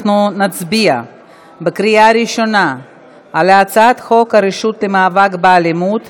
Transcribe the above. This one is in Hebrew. אנחנו נצביע בקריאה ראשונה על הצעת חוק הרשות למאבק באלימות,